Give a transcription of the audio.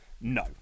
no